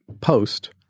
post